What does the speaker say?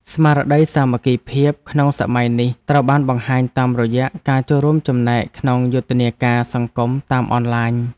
ស្មារតីសាមគ្គីភាពក្នុងសម័យនេះត្រូវបានបង្ហាញតាមរយៈការចូលរួមចំណែកក្នុងយុទ្ធនាការសង្គមតាមអនឡាញ។